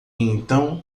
então